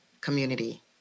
community